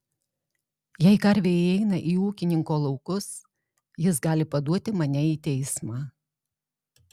jei karvė įeina į ūkininko laukus jis gali paduoti mane į teismą